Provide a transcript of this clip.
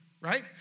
right